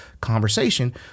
conversation